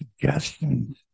suggestions